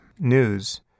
news